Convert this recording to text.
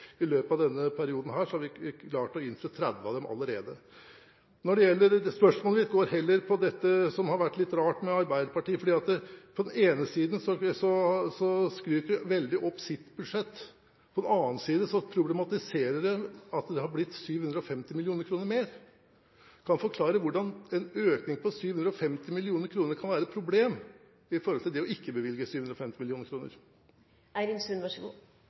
I løpet av denne perioden har vi klart å innfri 30 mrd. kr av dem allerede. Spørsmålet mitt gjelder dette som har vært litt rart med Arbeiderpartiet. På den ene siden skryter de veldig opp sitt budsjett, på den annen side problematiserer de at det har blitt 750 mill. kr mer. Kan hun forklare hvordan en økning på 750 mill. kr kan være et problem i forhold til det å ikke bevilge 750